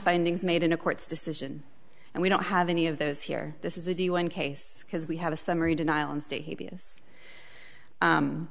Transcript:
findings made in a court's decision and we don't have any of those here this is a deal one case because we have a summary denial and